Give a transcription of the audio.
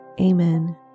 Amen